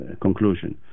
conclusion